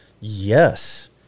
yes